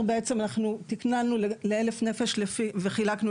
אנחנו בעצם תכננו ל-1,000 נפש וחילקנו